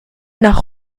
nach